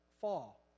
fall